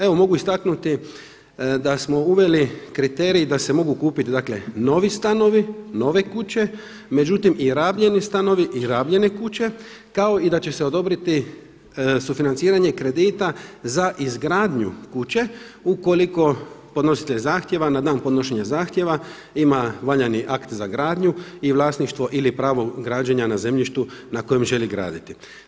Evo, mogu istaknuti da smo uveli kriterij da se mogu kupiti dakle novi stanovi, nove kuće, međutim i rabljeni stanovi i rabljene kuće kao i da će se odobriti sufinanciranje kredita za izgradnju kuće ukoliko podnositelj zahtjeva, na dan podnošenja zahtjeva ima valjani akt za gradnju i vlasništvo ili pravo građena na zemljištu na kojem želi graditi.